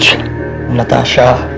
natasha.